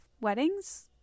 weddings